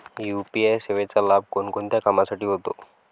UPI सेवेचा लाभ कोणकोणत्या कामासाठी होतो?